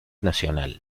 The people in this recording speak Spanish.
nacional